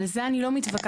על זה אני לא מתווכחת,